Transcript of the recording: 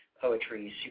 Poetry